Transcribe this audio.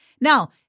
Now